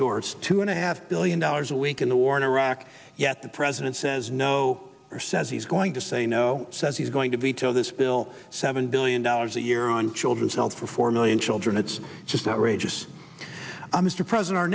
door's two and a half billion dollars a week in the war in iraq yet the president says no or says he's going to say no says he's going to be told this bill seven billion dollars a year on children's health for four million children it's just outrageous i was to present our